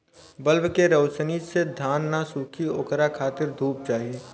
bulb के रौशनी से धान न सुखी ओकरा खातिर धूप चाही